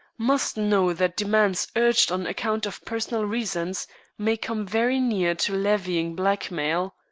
must know that demands urged on account of personal reasons may come very near to levying blackmail.